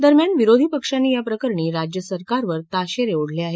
दस्म्यान विरोधी पक्षांनी या प्रकरणी राज्यसरकारवर ताशेरे ओढले आहेत